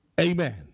Amen